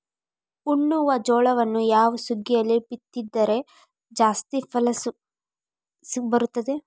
ಉಣ್ಣುವ ಜೋಳವನ್ನು ಯಾವ ಸುಗ್ಗಿಯಲ್ಲಿ ಬಿತ್ತಿದರೆ ಜಾಸ್ತಿ ಫಸಲು ಬರುತ್ತದೆ?